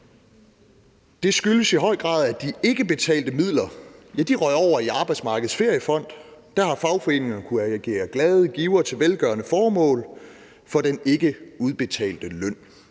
Det skyldes i høj grad, at de ikkeudbetalte midler røg over i Arbejdsmarkedets Feriefond. Der har fagforeningerne kunnet agere glade givere til velgørende formål for den ikkeudbetalte løn.